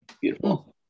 Beautiful